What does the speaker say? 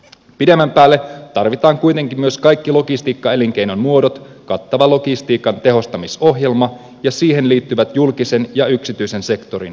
pidemmän päälle tarvitaan kuitenkin myös kaikki logistiikkaelinkeinon muodot kattava logistiikan tehostamisohjelma ja siihen liittyvät julkisen ja yksityisen sektorin investoinnit